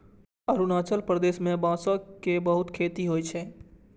अरुणाचल प्रदेश मे बांसक बहुत खेती होइ छै